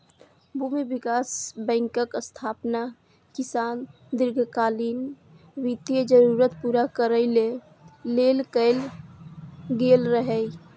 भूमि विकास बैंकक स्थापना किसानक दीर्घकालीन वित्तीय जरूरत पूरा करै लेल कैल गेल रहै